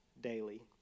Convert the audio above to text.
daily